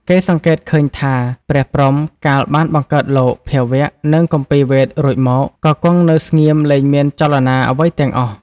គេសង្កេតឃើញថា ព្រះព្រហ្មកាលបានបង្កើតលោក ភាវៈ និងគម្ពីរវេទរួចមក ក៏គង់នៅស្ងៀមលែងមានចលនាអ្វីទាំងអស់។